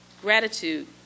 Gratitude